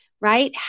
right